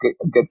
good